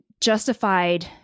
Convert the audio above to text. justified